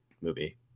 movie